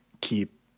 keep